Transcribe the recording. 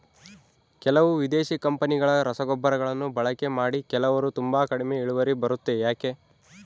ಕೆಲವು ವಿದೇಶಿ ಕಂಪನಿಗಳ ರಸಗೊಬ್ಬರಗಳನ್ನು ಬಳಕೆ ಮಾಡಿ ಕೆಲವರು ತುಂಬಾ ಕಡಿಮೆ ಇಳುವರಿ ಬರುತ್ತೆ ಯಾಕೆ?